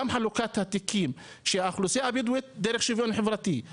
גם חלוקת התיקים שהאוכלוסייה הבדואית דרך שוויון חברתי,